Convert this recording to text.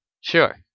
Sure